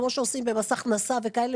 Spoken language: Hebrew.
כמו שעושים במס הכנסה וכאלה,